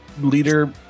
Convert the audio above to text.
leader